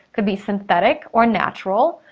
could be synthetic or natural,